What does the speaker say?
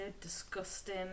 disgusting